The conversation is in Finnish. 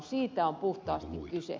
siitä on puhtaasti kyse